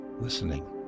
listening